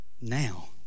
Now